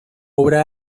obra